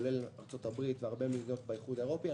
כולל ארצות הברית והרבה מדינות באיחוד האירופאי,